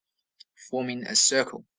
forming a circle.